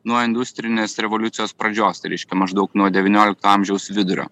nuo industrinės revoliucijos pradžios tai reiškia maždaug nuo devyniolikto amžiaus vidurio